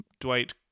Dwight